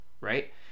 Right